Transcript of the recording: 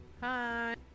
Hi